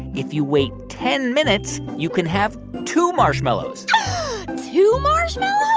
if you wait ten minutes, you can have two marshmallows two marshmallows?